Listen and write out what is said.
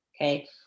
Okay